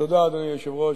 תודה, אדוני היושב-ראש.